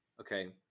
Okay